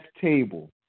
table